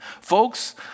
Folks